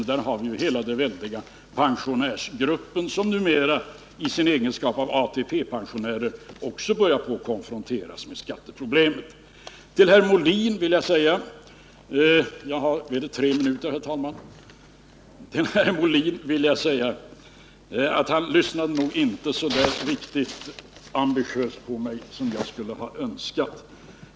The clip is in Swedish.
Och där har vi hela den väldiga pensionärsgruppen, som numera i sin egenskap av ATP-pensionärer också börjar konfronteras med skatteproblemen. Till herr Molin vill jag säga, att han lyssnade nog inte riktigt så ambitiöst på mig som jag skulle ha önskat.